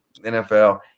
NFL